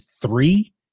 three